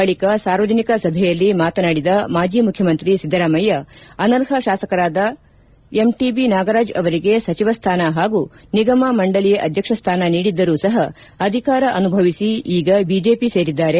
ಬಳಿಕ ಸಾರ್ವಜನಿಕ ಸಭೆಯಲ್ಲಿ ಮಾತನಾಡಿದ ಮಾಜಿ ಮುಖ್ಯಮಂತ್ರಿ ಸಿದ್ದರಾಮಯ್ಯ ಅನರ್ಹ ಶಾಸಕರಾದ ಎಂಟಿಬಿ ನಾಗರಾಜ್ ಅವರಿಗೆ ಸಚಿವ ಸ್ಥಾನ ಹಾಗೂ ನಿಗಮ ಮಂಡಲಿ ಅಧ್ಯಕ್ಷ ಸ್ಥಾನ ನೀಡಿದ್ದರೂ ಸಹ ಅಧಿಕಾರ ಅನುಭವಿಸಿ ಈಗ ಬಿಜೆಪಿ ಸೇರಿದ್ದಾರೆ